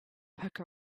poke